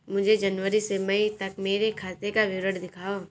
मुझे जनवरी से मई तक मेरे खाते का विवरण दिखाओ?